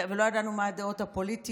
ולא ידענו מה הדעות הפוליטיות,